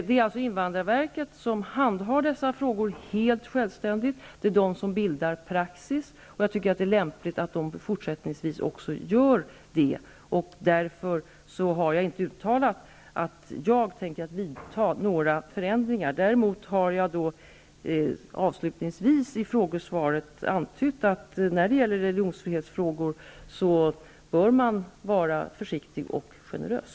Det är invandrarverket som handhar dessa frå gor helt självständigt. Det är verket som bildar praxis, och jag tycker det är lämpligt att verket också fortsättningsvis gör det. Därför har jag inte uttalat att jag tänker vidta några förändringar. Däremot har jag avslutningsvis i sva ret antytt att när det gäller religionsfrihetsfrågor bör man vara försiktig och generös.